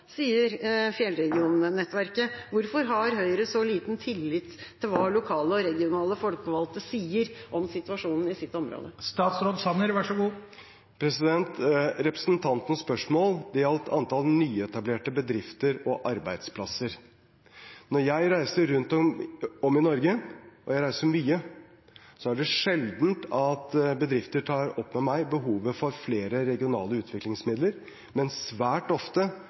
sier Fjellnettverket. Hvorfor har Høyre så liten tillit til hva lokale og regionale folkevalgte sier om situasjonen i sitt område? Representantens spørsmål gjaldt antall nyetablerte bedrifter og arbeidsplasser. Når jeg reiser rundt om i Norge – og jeg reiser mye – er det sjelden at bedrifter tar opp med meg behovet for flere regionale utviklingsmidler, men svært ofte